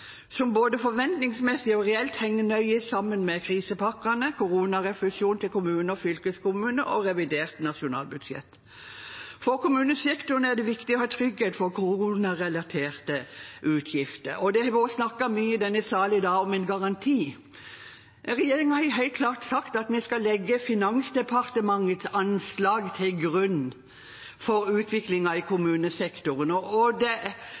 som både forventningsmessig og reelt henger nøye sammen med krisepakkene, koronarefusjon til kommuner og fylkeskommuner og revidert nasjonalbudsjett. For kommunesektoren er det viktig å ha trygghet for koronarelaterte utgifter, og det har vært snakket mye i denne salen i dag om en garanti. Regjeringen har helt klart sagt at vi skal legge Finansdepartementets anslag til grunn for utviklingen i kommunesektoren, og det er det som skal regnes som den såkalte garantien. Og det